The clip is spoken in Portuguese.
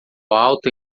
alto